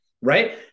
Right